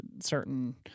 certain